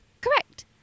Correct